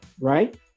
right